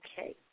okay